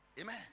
Amen